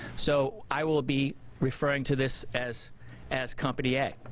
so i will be referring to this as as company a.